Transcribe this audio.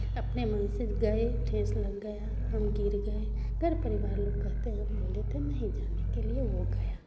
अपने मन से गए ठेस लग गया हम गिर गए घर परिवार लोग कहते हैं हम बोले थे नहीं जाने के लिए वो गया